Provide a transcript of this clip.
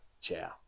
Ciao